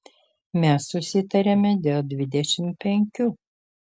mes susitarėme dėl dvidešimt penkių